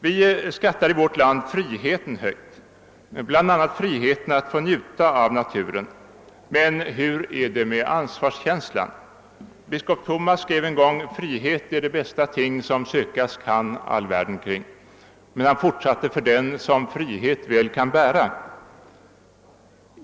Vi skattar i vårt land friheten högt — bl.a. friheten att få njuta av naturen — men hur är det med ansvarskänslan? Biskop Thomas skrev en gång: »Frihet är det bästa ting som sökas kan all världen kring», men han fortsatte: »för den som frihet väl kan bära».